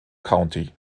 county